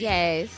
Yes